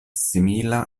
simila